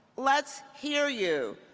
let's hear you.